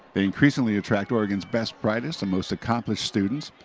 increasingly attracts oregon's best, brightest and most accomplished students.